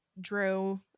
drew